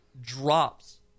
drops